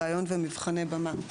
ריאיון ומבחני במה.